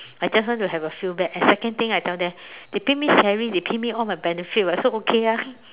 I just want to have a feel back and second thing I tell them they pay me salary they pay me all my benefits [what] so okay ah